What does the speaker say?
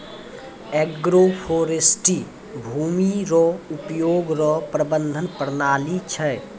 agroforestry भूमी रो उपयोग रो प्रबंधन प्रणाली छै